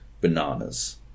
bananas